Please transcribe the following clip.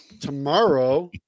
Tomorrow